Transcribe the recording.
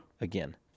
again